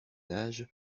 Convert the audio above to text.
âge